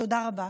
תודה רבה.